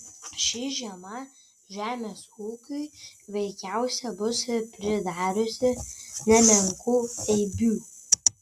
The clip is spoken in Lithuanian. ši žiema žemės ūkiui veikiausiai bus pridariusi nemenkų eibių